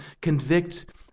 convict